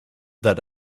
that